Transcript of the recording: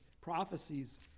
prophecies